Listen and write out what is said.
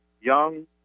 young